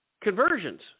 conversions